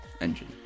engine